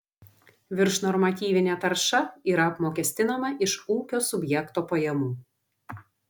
viršnormatyvinė tarša yra apmokestinama iš ūkio subjekto pajamų